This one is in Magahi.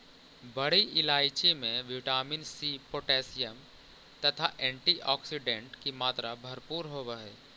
बड़ी इलायची में विटामिन सी पोटैशियम तथा एंटीऑक्सीडेंट की मात्रा भरपूर होवअ हई